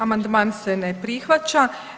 Amandman se ne prihvaća.